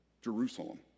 Jerusalem